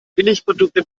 billigprodukte